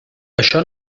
això